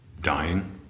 dying